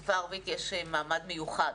לשפה הערבית יש מעמד מיוחד.